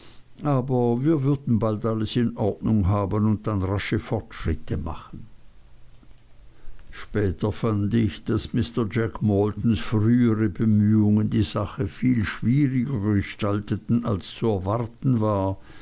aber wir würden bald alles in ordnung haben und dann rasche fortschritte machen später fand ich daß mr jack maldons frühere bemühungen die sache viel schwieriger gestalteten als zu erwarten war